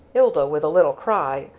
ilda, with a little cry,